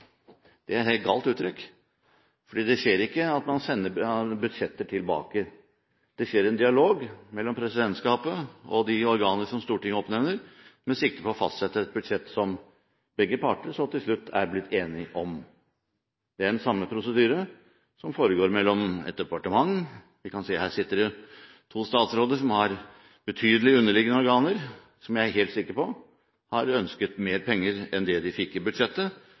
å fastsette et budsjett som begge parter så til slutt er blitt enige om. Det er den samme prosedyre som foregår mellom et departement og underliggende organer. Vi kan se at her sitter det jo to statsråder som har betydelig underliggende organer, og som jeg er helt sikker på har ønsket mer penger enn det de fikk i budsjettet.